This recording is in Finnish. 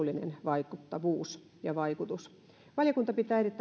vaikuttavuus ja vaikutus valiokunta pitää erittäin tärkeänä löytää ratkaisut opintojensa päättövaiheessa